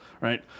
right